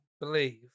believe